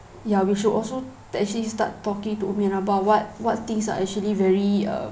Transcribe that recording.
ya we should also actually start talking to ummi and abah what what things are actually very uh